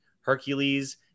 Hercules